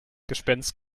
gespenst